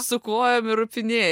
su kojom ir ropinėja